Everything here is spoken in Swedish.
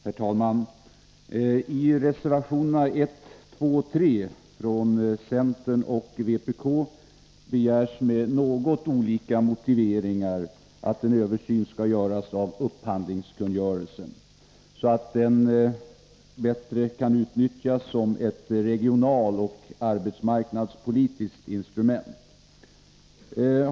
Herr talman! I reservationerna 1, 2 och 3 från centern och vpk begärs, med något olika motiveringar, att en översyn av upphandlingskungörelsen skall göras så att den bättre kan utnyttjas som ett regionaloch arbetsmarknadspolitiskt instrument.